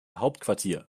hauptquartier